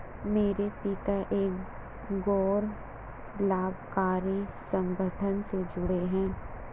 मेरे पिता एक गैर लाभकारी संगठन से जुड़े हैं